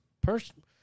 person